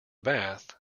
bath